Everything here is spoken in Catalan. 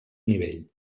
nivell